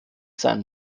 sein